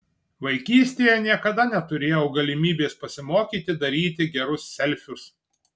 vaikystėje niekada neturėjau galimybės pasimokyti daryti gerus selfius